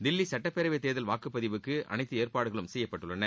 தில்லி சட்டப்பேரவை தேர்தல் வாக்குப்பதிவுக்கு அனைத்து ஏற்பாடுகளும் செய்யப்பட்டுள்ளன